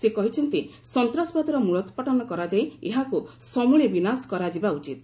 ସେ କହିଛନ୍ତି ସନ୍ତାସବାଦର ମୂଲୋତ୍ପାଟନ କରାଯାଇ ଏହାକୁ ସମୂଳେ ବିନାଶ କରାଯିବା ଉଚିତ